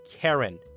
Karen